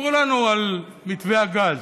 סיפרו לנו על מתווה הגז.